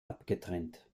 abgetrennt